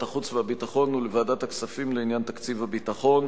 החוץ והביטחון ולוועדת הכספים לעניין תקציב הביטחון: